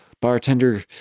bartender